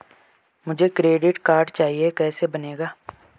मुझे credit card चाहिए कैसे बनेगा?